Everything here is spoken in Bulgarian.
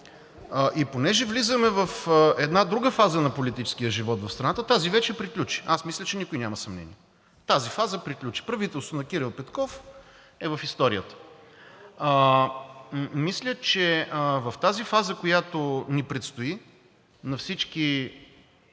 И понеже влизаме в една друга фаза на политическия живот в страната, тази вече приключи, аз мисля, че никой няма съмнение, тази фаза приключи. Правителството на Кирил Петков е в историята. Мисля, че в тази фаза, която ни предстои на всички